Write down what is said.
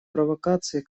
провокации